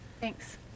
Thanks